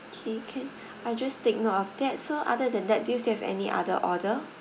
okay can I just take note of that so other than that do you still have any other order